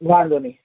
વાંધો નહીં